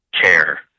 care